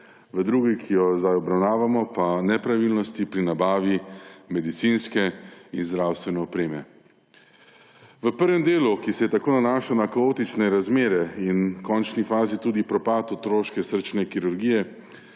v drugi, ki jo zdaj obravnavamo, pa nepravilnosti pri nabavi medicinske in zdravstvene opreme. V prvem delu, ki se je tako nanašal na kaotične razmere in v končni fazi tudi propad otroške srčne kirurgije,